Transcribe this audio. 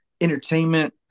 entertainment